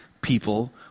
people